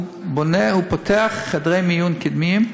הוא בונה והוא פותח חדרי מיון קדמיים,